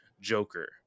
joker